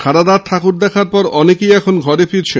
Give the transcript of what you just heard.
সারারাত ঠাকুর দেখার পর অনেকেই এখন ঘরে ফিরছেন